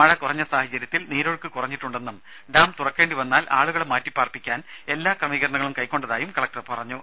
മഴ കുറഞ്ഞ സാഹചര്യത്തിൽ നീരൊഴുക്കു കുറഞ്ഞിട്ടുണ്ടെന്നും ഡാം തുറക്കേണ്ടി വന്നാൽ ആളുകളെ മാറ്റിപ്പാർപ്പിക്കാൻ എല്ലാ ക്രമീകരണങ്ങളും കൈക്കൊണ്ടതായും കളക്ടർ പറഞ്ഞു